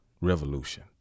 revolution